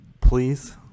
Please